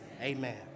amen